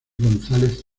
gonzález